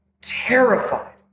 terrified